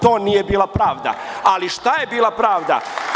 To nije bila pravda, ali šta je bila pravda?